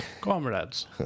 Comrades